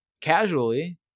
Casually